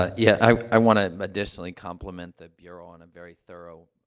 ah yeah. i i want to, additionally, complement the bureau on a very thorough,